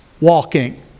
walking